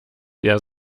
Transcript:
der